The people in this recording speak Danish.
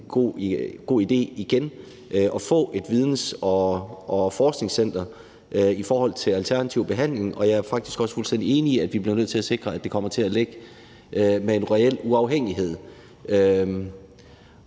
god idé igen at få et videns- og forskningscenter i alternativ behandling, og jeg er faktisk også fuldstændig enig i, at vi bliver nødt til at sikre, at det kommer til at ligge med en reel uafhængighed,